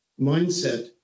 mindset